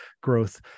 growth